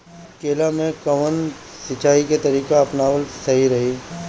केला में कवन सिचीया के तरिका अपनावल सही रही?